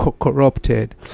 corrupted